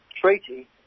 treaty